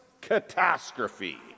catastrophe